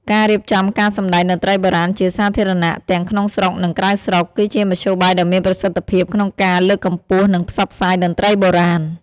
ការរៀបចំការសម្តែងតន្ត្រីបុរាណជាសាធារណៈ ទាំងក្នុងស្រុក និងក្រៅស្រុក គឺជាមធ្យោបាយដ៏មានប្រសិទ្ធភាពក្នុងការលើកកម្ពស់ និងផ្សព្វផ្សាយតន្ត្រីបុរាណ។